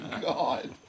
God